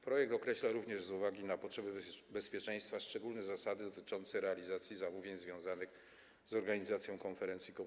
Projekt określa również, z uwagi na potrzeby zapewnienia bezpieczeństwa, szczególne zasady dotyczące realizacji zamówień związanych z organizacją konferencji COP24.